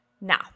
Now